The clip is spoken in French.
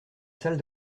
salle